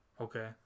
Okay